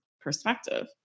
perspective